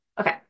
Okay